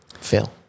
Phil